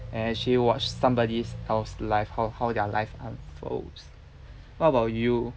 and actually watch somebody's else life how how their life unfolds what about you